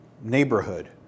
neighborhood